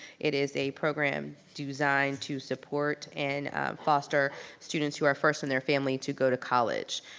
it is a program designed to support and foster students who are first in their family to go to college.